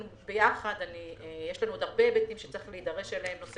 ביחד יש לנו עוד הרבה היבטים שצריך להידרש אליהם נושא